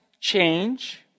change